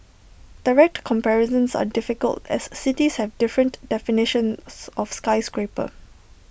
direct comparisons are difficult as cities have different definitions of skyscraper